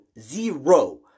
zero